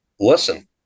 Listen